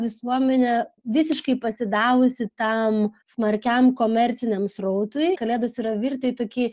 visuomenė visiškai pasidavusi tam smarkiam komerciniam srautui kalėdos yra virtę į tokį